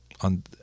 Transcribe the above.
On